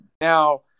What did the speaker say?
Now